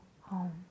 home